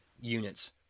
units